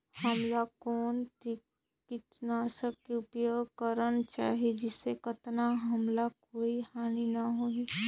हमला कौन किटनाशक के उपयोग करन चाही जिसे कतना हमला कोई हानि न हो?